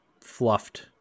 fluffed